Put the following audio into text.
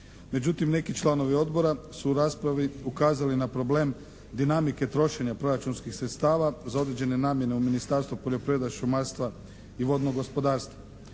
Međutim, neki članovi odbora su u raspravi ukazali na problem dinamike trošenja proračunskih sredstava za određene namjene u Ministarstvu poljoprivrede, šumarstva i vodnog gospodarstva.